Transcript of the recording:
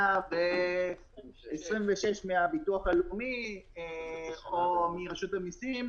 טופס 126 מהביטוח הלאומי או מרשות המיסים,